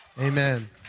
Amen